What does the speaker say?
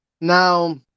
Now